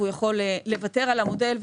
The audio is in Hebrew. והוא יכול לוותר על המודל,